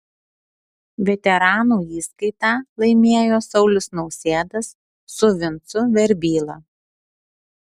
veteranų įskaitą laimėjo saulius nausėdas su vincu verbyla